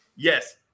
Yes